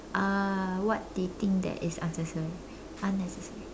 uh what do you think that is unnecessary unnecessary